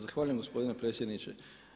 Zahvaljujem gospodine predsjedniče.